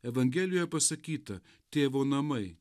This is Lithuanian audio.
evangelijoje pasakyta tėvo namai